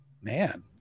man